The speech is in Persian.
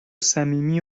صمیمی